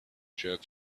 jerk